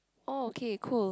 oh okay cool